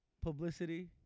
publicity